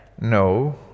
no